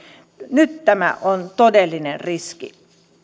nyt tämä on todellinen riski